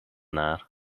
naar